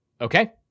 Okay